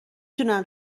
دونم